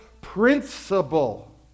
principle